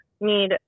need